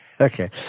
Okay